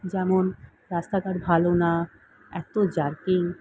যেমন রাস্তাঘাট ভালো না এত জার্কিং